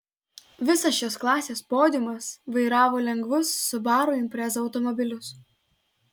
visas šios klasės podiumas vairavo lengvus subaru impreza automobilius